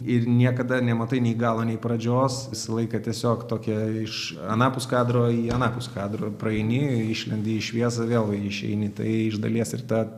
ir niekada nematai nei galo nei pradžios visą laiką tiesiog tokią iš anapus kadro į anapus kadrą praeini išlendi į šviesą vėl išeini tai iš dalies ir ta